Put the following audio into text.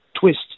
Twist